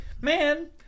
man